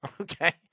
Okay